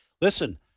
Listen